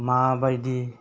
माबायदि